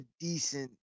decent